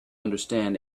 understand